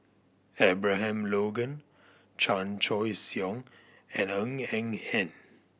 Abraham Logan Chan Choy Siong and Ng Eng Hen